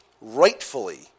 rightfully